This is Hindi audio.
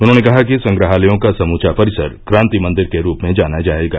उन्होंने कहा कि संग्रहालयों का समूवा परिसर क्रांति मंदिर के रूप में जाना जाएगा